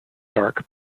dark